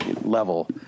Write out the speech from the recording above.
level